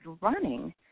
running